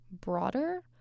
broader